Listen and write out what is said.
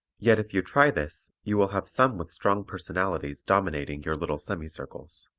yet if you try this you will have some with strong personalities dominating your little semi-circles.